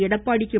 Edappadi K